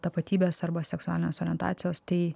tapatybės arba seksualinės orientacijos tai